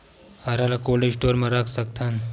हरा ल cold store म रख सकथन?